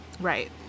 Right